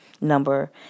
number